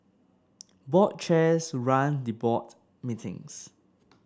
board chairs run the board meetings